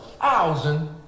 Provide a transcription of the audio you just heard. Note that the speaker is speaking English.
thousand